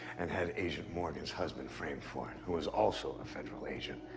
and had agent morgan's husband framed for it, who was also a federal agent.